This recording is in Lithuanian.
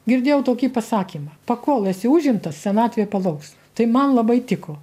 girdėjau tokį pasakymą pakol esi užimtas senatvė palauks tai man labai tiko